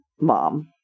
mom